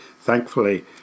Thankfully